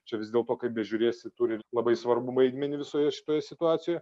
čia vis dėlto kaip bežiūrėsi turi labai svarbų vaidmenį visoje šioje situacijoje